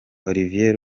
olivier